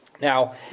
Now